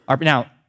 Now